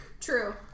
True